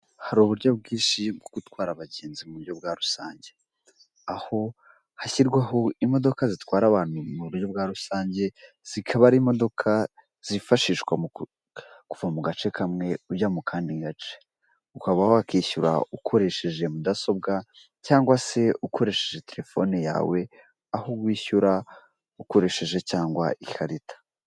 Hari uburyo bwinshi bwo gutwara abagenzi mu buryo bwa rusange, aho hashyirwaho imodoka zitwara abantu mu buryo bwa rusange zikaba ari imodoka zifashishwa kuva mu gace kamwe ujya mu kandi gace, ukava wakishyura ukoresheje mudasobwa cyangwa se ukoresheje telefone yawe, aho wishyura ukoresheje cyangwa ikarita.